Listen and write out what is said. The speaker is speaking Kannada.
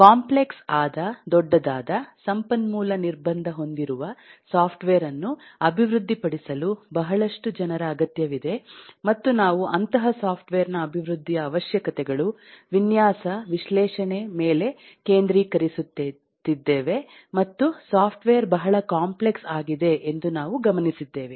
ಕಾಂಪ್ಲೆಕ್ಸ್ ಆದ ದೊಡ್ಡದಾದ ಸಂಪನ್ಮೂಲ ನಿರ್ಬಂಧ ಹೊಂದಿರುವ ಸಾಫ್ಟ್ವೇರ್ ಅನ್ನು ಅಭಿವೃದ್ಧಿ ಪಡಿಸಲು ಬಹಳಷ್ಟು ಜನರ ಅಗತ್ಯವಿದೆ ಮತ್ತು ನಾವು ಅಂತಹ ಸಾಫ್ಟ್ವೇರ್ ನ ಅಭಿವೃದ್ಧಿಯ ಅವಶ್ಯಕತೆಗಳು ವಿನ್ಯಾಸ ವಿಶ್ಲೇಷಣೆ ಮೇಲೆ ಕೇಂದ್ರೀಕರಿಸುತ್ತಿದ್ದೇವೆ ಮತ್ತು ಸಾಫ್ಟ್ವೇರ್ ಬಹಳ ಕಾಂಪ್ಲೆಕ್ಸ್ ಆಗಿದೆ ಎಂದು ನಾವು ಗಮನಿಸಿದ್ದೇವೆ